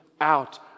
out